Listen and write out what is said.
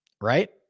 Right